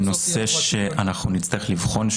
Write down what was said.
זה נושא שאנחנו נצטרך לבחון.